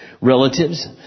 relatives